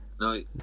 No